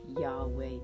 Yahweh